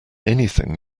anything